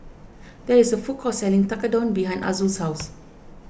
there is a food court selling Tekkadon behind Azul's house